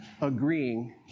agreeing